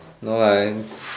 no I'm